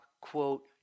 quote